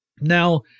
Now